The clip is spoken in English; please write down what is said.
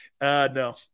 No